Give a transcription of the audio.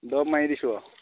দৰৱ মাৰি দিছোঁ আৰু